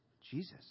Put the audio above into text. Jesus